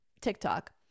TikTok